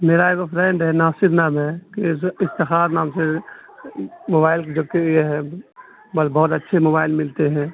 میرا ایکو فرینڈ ہے ناصر نام ہے افتخار نام سے موبائل دو تین لیے ہیں پر بہت اچھے موبائل ملتے ہیں